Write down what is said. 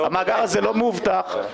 המאגר הזה לא מאובטח,